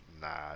Nah